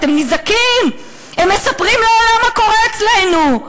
אתם נזעקים: הם מספרים לעולם מה קורה אצלנו.